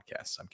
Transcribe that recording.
podcasts